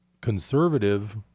conservative